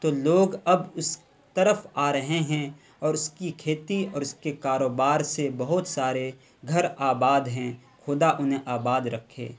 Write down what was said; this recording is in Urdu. تو لوگ اب اس طرف آ رہے ہیں اور اس کی کھیتی اور اس کے کاروبار سے بہت سارے گھر آباد ہیں خدا انہیں آباد رکھے